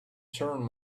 turn